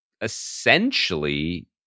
essentially